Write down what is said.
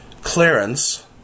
clearance